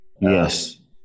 Yes